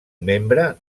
membre